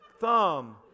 thumb